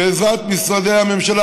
בעזרת משרדי הממשלה,